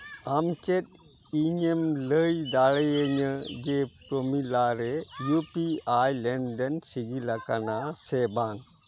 ᱟᱢ ᱪᱮᱫ ᱤᱧ ᱮᱢ ᱞᱟᱹᱭ ᱫᱟᱲᱮᱭᱟᱹᱧᱟᱹ ᱡᱮ ᱯᱨᱳᱢᱤᱞᱟ ᱨᱮ ᱤᱭᱩ ᱯᱤ ᱟᱭ ᱞᱮᱱᱫᱮᱱ ᱥᱤᱜᱤᱞ ᱟᱠᱟᱱᱟ ᱥᱮ ᱵᱟᱝ